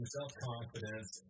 self-confidence